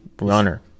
runner